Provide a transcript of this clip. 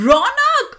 Ronak